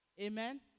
Amen